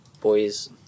boys